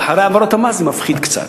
ואחרי העברות המס זה מפחית קצת.